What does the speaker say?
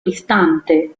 distante